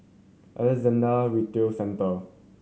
Alexandra Retail Centre